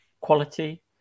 quality